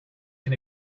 can